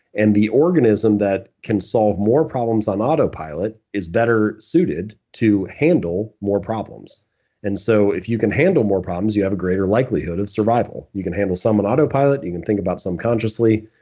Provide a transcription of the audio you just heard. and the organism that can solve more problems on autopilot is better suited to handle more problems and so if you can handle more problems, you have a greater likelihood of survival. you can handle some in autopilot. you can think about some consciously.